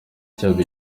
cyabo